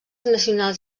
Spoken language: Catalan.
nacionals